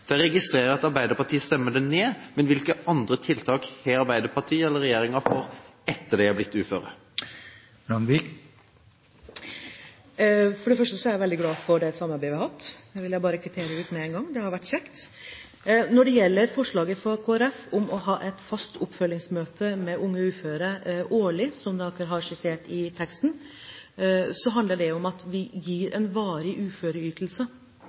Jeg registrerer at Arbeiderpartiet stemmer ned forslaget. Men hvilke andre tiltak har Arbeiderpartiet, eller regjeringen, for disse etter at de der blitt uføre? For det første er jeg veldig glad for det samarbeidet vi har hatt, det vil jeg bare kvittere ut med en gang. Det har vært kjekt. Når det gjelder forslaget fra Kristelig Folkeparti om å ha et fast oppfølgingsmøte med unge uføre årlig, som de har skissert i teksten, handler det om at vi gir en varig uføreytelse.